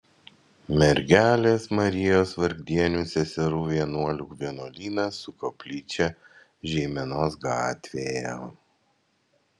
mergelės marijos vargdienių seserų vienuolių vienuolynas su koplyčia žeimenos gatvėje